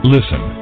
Listen